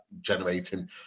generating